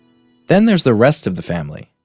then there's the rest of the family.